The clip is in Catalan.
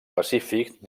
pacífic